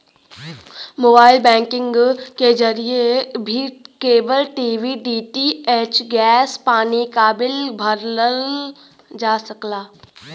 mobile banking के जरिए भी केबल टी.वी डी.टी.एच गैस पानी क बिल भरल जा सकला